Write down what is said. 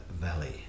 valley